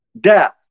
death